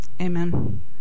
Amen